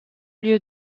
lieu